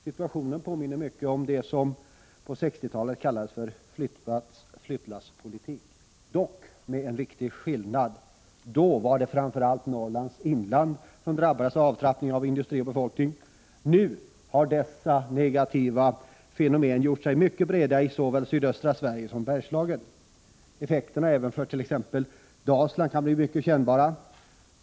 Situationen påminner mycket om det som på 1960-talet kallades för flyttlasspolitik — dock med en viktig skillnad. Då var det framför allt Norrlands inland som drabbades av avtrappning av industri och befolkning. Nu har dessa negativa fenomen gjort sig mycket breda såväl i sydöstra Sverige som i Bergslagen. Effekterna även för t.ex. Dalsland kan bli mycket kännbara.